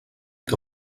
que